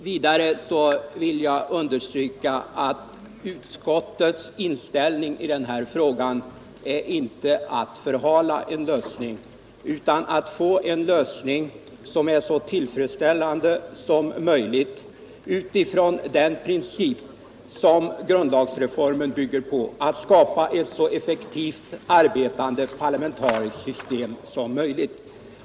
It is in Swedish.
Vidare vill jag understryka att utskottsmajoritetens önskan i den här frågan inte är att förhala en lösning, utan vi vill få en lösning som är så tillfredsställande som möjligt utifrån den princip som grundlagsreformen bygger på — att skapa ett så effektivt arbetande parlamentariskt system som möjligt.